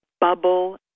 Bubble